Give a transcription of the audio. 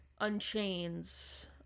unchains